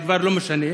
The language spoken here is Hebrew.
זה כבר לא משנה,